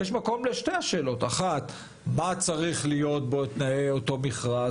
יש מקום לשתי השאלות: מה צריך להיות בתנאי המכרז